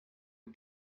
you